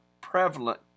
prevalent